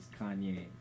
Kanye